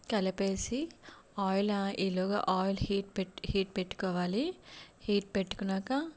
కలిపి ఆయిల్లో యిల్గా ఆయిల్ హీట్ పెట్ హీట్ పెట్టుకోవాలి హీట్ పెట్టుకున్నాక